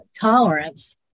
tolerance